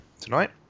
tonight